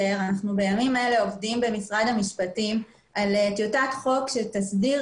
בימים אלה אנחנו עובדים במשרד המשפטים על טיוטת חוק שתסדיר